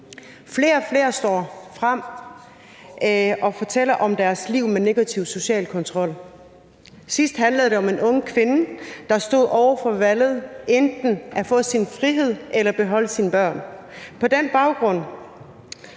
Flere og flere står frem og fortæller om deres liv med negativ social kontrol. Sidst handlede det om en ung kvinde, der stod over for valget mellem enten at få sin frihed eller beholde sine børn. På den baggrund